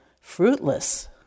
fruitless